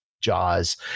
Jaws